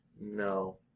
No